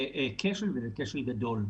זה כשל גדול.